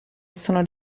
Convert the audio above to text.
sono